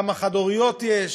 כמה חד-הוריות יש,